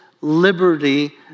liberty